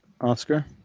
Oscar